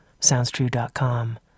SoundsTrue.com